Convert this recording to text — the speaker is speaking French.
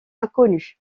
inconnus